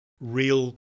real